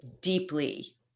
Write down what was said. deeply